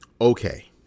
Okay